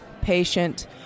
patient